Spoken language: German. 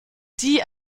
die